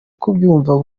kubyumva